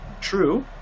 True